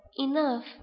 enough